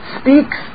speaks